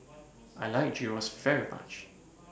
I like Gyros very much